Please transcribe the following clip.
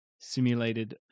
simulated